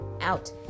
Out